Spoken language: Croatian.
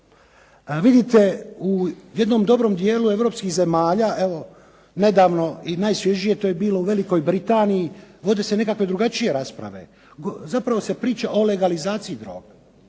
Vidite u jednom dobrom dijelu europskih zemalja, evo nedavno i najsvježije to je bilo u Velikoj Britaniji, vode se zapravo drugačije rasprave. Zapravo se priča o legalizaciji droge.